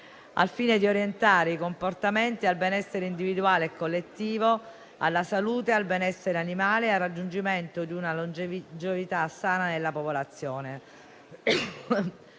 al fine di orientare i comportamenti al benessere individuale e collettivo, alla salute e al benessere animale e al raggiungimento di una longevità sana nella popolazione.